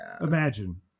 imagine